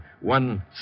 One